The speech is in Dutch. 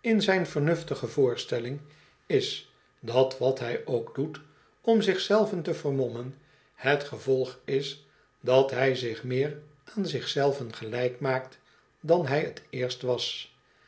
in een reizigek die geen handel drijft zijn vernuftige voorstelling is dat wat hij ook doet om zich zelven te vermommen het gevolg is dat hij zich meer aan zich zelven gelijk maakt dan hij t eerst was